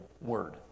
word